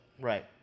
Right